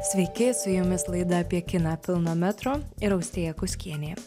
sveiki su jumis laida apie kiną pilno metro ir austėja kuskienė